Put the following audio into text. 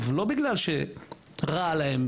לא בגלל שרע להם,